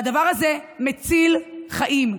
והדבר הזה מציל חיים.